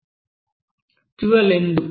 12 ఎందుకు